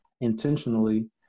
intentionally